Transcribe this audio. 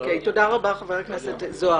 תודה רבה, חבר הכנסת זוהר.